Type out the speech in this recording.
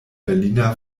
berliner